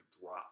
drop